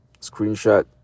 screenshot